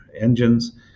engines